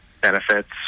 benefits